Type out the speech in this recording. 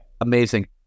Amazing